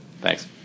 Thanks